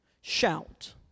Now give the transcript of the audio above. shout